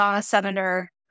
senator